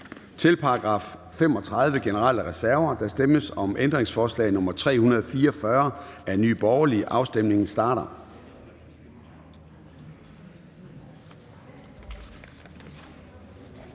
Til § 35. Generelle reserver. Der stemmes om ændringsforslag nr. 344 af Nye Borgerlige. Afstemningen starter.